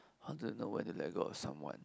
how do you know when to let go of someone